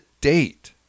date